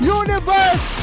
universe